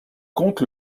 compte